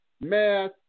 math